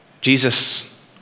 Jesus